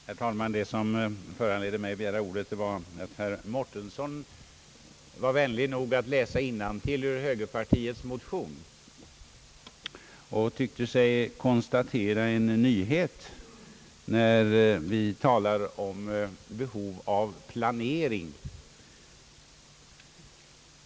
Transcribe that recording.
Herr talman! Det som föranledde mig att begära ordet var att herr Mårtensson var vänlig nog att läsa innantill ur högerpartiets motion. Han tyckte sig konstatera en nyhet, när vi talar om behov av planering.